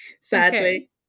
sadly